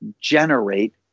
generate